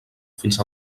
fins